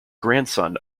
grandson